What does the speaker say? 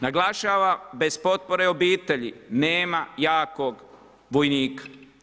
Naglašavam, bez potpore obitelji, nema jakog vojnika.